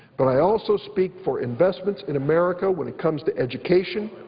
but i also speak for investments in america when it comes to education,